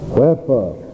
Wherefore